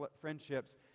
friendships